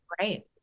Right